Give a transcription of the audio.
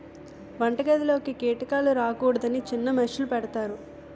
వంటగదిలోకి కీటకాలు రాకూడదని చిన్న మెష్ లు పెడతారు